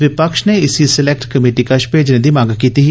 विपक्ष नै इसी सलैक्ट कमेटी कश भेजने दी मंग कीती ही